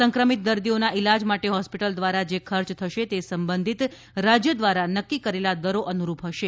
સંક્રમિત દર્દીઓના ઇલાજ માટે હોસ્પિટલ દ્વારા જે ખર્ચ થશે તે સંબંધિત રાજ્ય દ્વારા નક્કી કરેલા દરો અનુરૂપ હશે